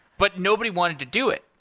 but nobody wanted to do it.